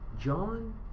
John